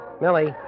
Millie